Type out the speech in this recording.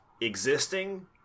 existing